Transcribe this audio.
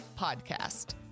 podcast